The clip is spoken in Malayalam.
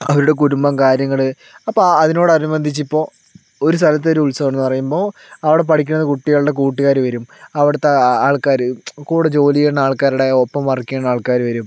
അവരുടെ കുടുംബം കാര്യങ്ങള് അപ്പോൾ അതിനോട് അനുബന്ധിച്ച് ഇപ്പോൾ ഒരു സ്ഥലത്ത് ഒരു ഉത്സവം ഉണ്ടെന്ന് പറയുമ്പോൾ അവിടെ പഠിക്കുന്ന കുട്ടികളുടെ കൂട്ടുകാര് വരും അവിടുത്തെ ആൾക്കാര് കൂടെ ജോലി ചെയ്യുന്ന ആൾക്കാരുടെ ഒപ്പം വർക്ക് ചെയ്യുന്ന ആൾക്കാര് വരും